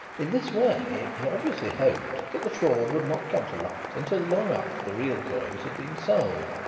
in this way it was obviously hoped that the fraud would not come to light until long after the real coins had been sold,